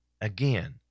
Again